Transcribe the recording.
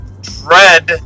dread